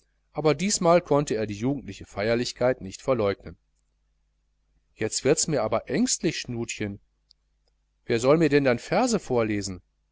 aber diesmal konnte er die jugendliche feierlichkeit nicht verleugnen jetzt wird mirs aber ängstlich schnutchen wer soll mir denn dann verse vorlesen